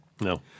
No